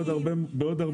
בעוד הרבה מוקדים,